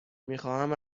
میخواهم